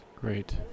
Great